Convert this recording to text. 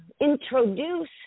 introduce